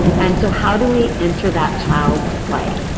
and so, how do we enter that child's play?